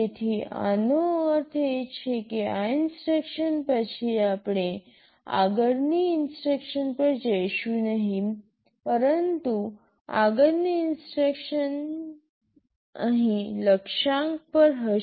તેથી આનો અર્થ એ છે કે આ ઇન્સટ્રક્શન પછી આપણે આગળની ઇન્સટ્રક્શન પર જઈશું નહીં પરંતુ આગળની ઇન્સટ્રક્શન અહીં લક્ષ્યાંક પર હશે